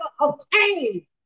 obtain